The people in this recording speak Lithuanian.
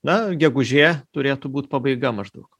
na gegužė turėtų būt pabaiga maždaug